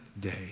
day